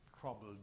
troubled